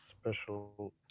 special